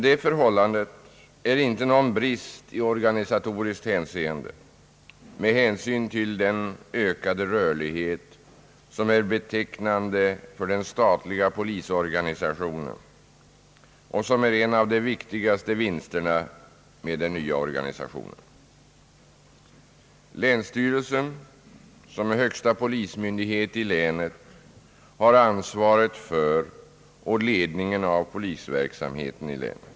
Detta förhållande är emellertid inte någon brist i organisatoriskt hänseende med hänsyn till den ökade rörlighet, som är betecknande för den statliga polisorganisationen och som är en av de viktigaste vinsterna med den nya organisationen. Länsstyrelsen, som är högsta polismyndighet i länet, har ansvaret för och ledningen av polisverksamheten i länet.